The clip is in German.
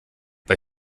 bei